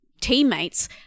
teammates